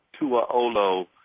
Tuaolo